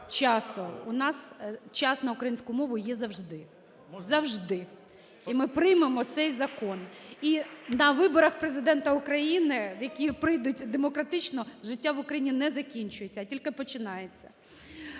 У нас час на українську мову є завжди. Завжди! І ми приймемо цей закон. І на виборах Президента України, які пройдуть демократично, життя в Україні не закінчується, а тільки починається.